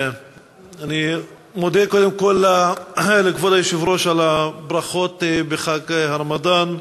אני מודה קודם כול לכבוד היושב-ראש על הברכות לחג הרמדאן.